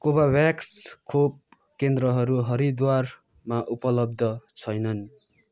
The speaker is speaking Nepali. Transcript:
कोभाभ्याक्स खोप केन्द्रहरू हरिद्वारमा उपलब्ध छैनन्